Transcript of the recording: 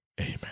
Amen